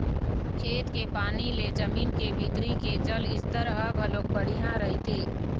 खेत के पानी ले जमीन के भीतरी के जल स्तर ह घलोक बड़िहा रहिथे